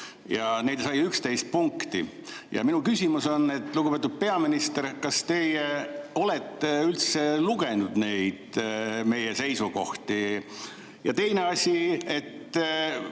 Neid sai 11 punkti. Ja minu küsimus on, lugupeetud peaminister, kas teie üldse olete lugenud meie seisukohti. Ja teine asi,